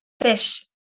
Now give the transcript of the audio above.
fish